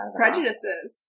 prejudices